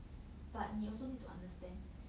but 你 also need to understand